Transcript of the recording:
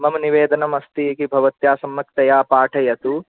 मम निवेदनम् अस्ति कि भवत्या सम्यक्तया पाठयतु